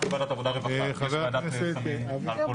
חבר הכנסת אבי